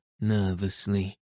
nervously